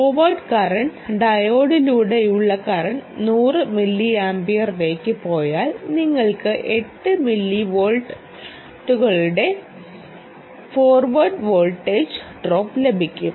forward current ഡയോഡിലൂടെ ഉള്ള current 100 മില്ലിയാംപിയറിലേക്ക് പോയാൽ നിങ്ങൾക്ക് 8 മില്ലിവോൾട്ടുകളുടെ ഫോർവേഡ് വോൾട്ടേജ് ഡ്രോപ്പ് ലഭിക്കും